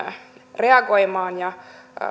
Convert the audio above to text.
reagoimaan ja